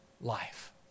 life